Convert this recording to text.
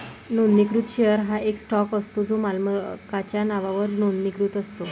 नोंदणीकृत शेअर हा एक स्टॉक असतो जो मालकाच्या नावावर नोंदणीकृत असतो